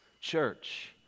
church